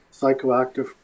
psychoactive